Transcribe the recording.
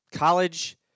College